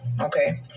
okay